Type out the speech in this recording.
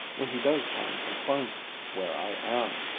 when he does come and finds where i am!